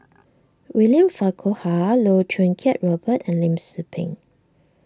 William Farquhar Loh Choo Kiat Robert and Lim Tze Peng